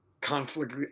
conflict